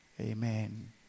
Amen